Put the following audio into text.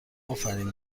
آفرین